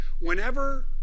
whenever